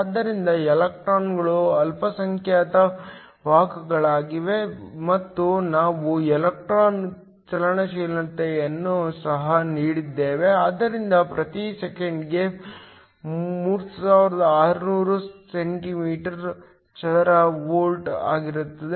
ಆದ್ದರಿಂದ ಎಲೆಕ್ಟ್ರಾನ್ಗಳು ಅಲ್ಪಸಂಖ್ಯಾತ ವಾಹಕಗಳಾಗಿವೆ ಮತ್ತು ನಾವು ಎಲೆಕ್ಟ್ರಾನ್ ಚಲನಶೀಲತೆಯನ್ನು ಸಹ ನೀಡಿದ್ದೇವೆ ಆದ್ದರಿಂದ ಪ್ರತಿ ಸೆಕೆಂಡಿಗೆ 3600 ಸೆಂಟಿಮೀಟರ್ ಚದರ ವೋಲ್ಟ್ ಆಗಿರುತ್ತದೆ